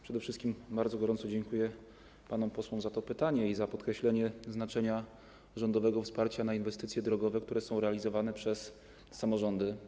Przede wszystkim bardzo gorąco dziękuję panom posłom za to pytanie i za podkreślenie znaczenia rządowego wsparcia na inwestycje drogowe, które są realizowane przez samorządy.